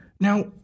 Now